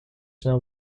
snel